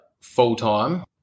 full-time